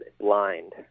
blind